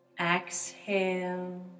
exhale